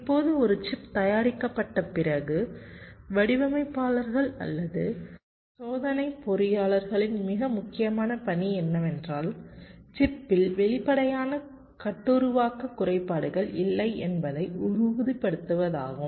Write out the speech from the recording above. இப்போது ஒரு சிப் தயாரிக்கப்பட்ட பிறகு வடிவமைப்பாளர்கள் அல்லது சோதனை பொறியாளர்களின் மிக முக்கியமான பணி என்னவென்றால் சிப்பில் வெளிப்படையான கட்டுருவாக்க குறைபாடுகள் இல்லை என்பதை உறுதிப்படுத்துவதாகும்